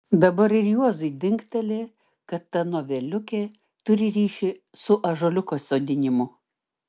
dabar ir juozui dingteli kad ta noveliukė turi ryšį su ąžuoliuko sodinimu